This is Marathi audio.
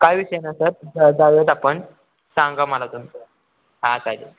काही विषय नाही सर जाऊयात आपण सांगा मला तुमचं हां चालेल